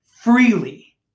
freely